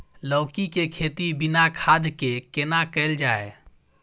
लौकी के खेती बिना खाद के केना कैल जाय?